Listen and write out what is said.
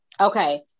Okay